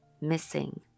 missing